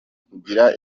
kugira